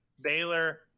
Baylor